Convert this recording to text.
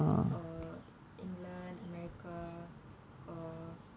or england america or